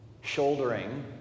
shouldering